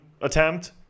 attempt